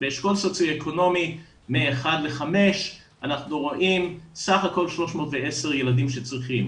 באשכול סוציו אקונומי 1-5 אנחנו רואים סך הכל 310 ילדים שצריכים.